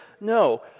No